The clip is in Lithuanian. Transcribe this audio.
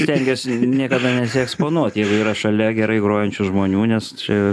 stengiuosi niekada nesieksponuot jeigu yra šalia gerai grojančių žmonių nes čia